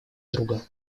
друга